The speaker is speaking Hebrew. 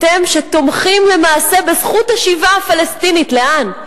אתם שתומכים שלמעשה בזכות השיבה הפלסטינית, לאן?